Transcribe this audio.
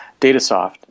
Datasoft